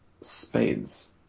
spades